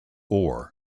ore